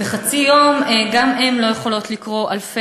בחצי יום גם הן לא יכולות לקרוא אלפי